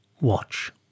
watch